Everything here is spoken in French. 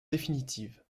définitive